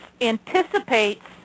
anticipates